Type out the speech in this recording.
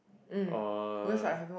or